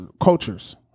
cultures